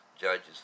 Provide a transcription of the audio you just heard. Judges